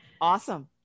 Awesome